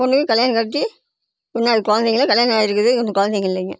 பொண்ணு கல்யாணம் கட்டி இன்னும் அதுக்கு குழந்தைங்க இல்லை கல்யாணம் ஆகியிருக்குது இன்னும் குழந்தைங்க இல்லைங்க